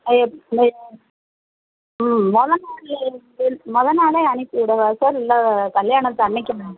ஆ எப் ம் மொதல் நாளே வந்து மொதல் நாளே அனுப்பி விடவா சார் இல்லை கல்யாணத்து அன்றைக்கி நாள்